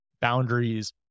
boundaries